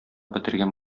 бетергән